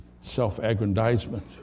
self-aggrandizement